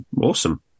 awesome